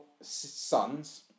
sons